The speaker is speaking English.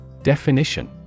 Definition